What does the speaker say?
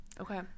Okay